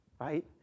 right